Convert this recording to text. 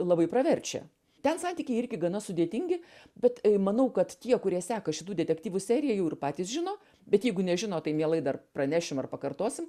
labai praverčia ten santykiai irgi gana sudėtingi bet manau kad tie kurie seka šitų detektyvų seriją jau ir patys žino bet jeigu nežino tai mielai dar pranešim ar pakartosim